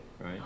right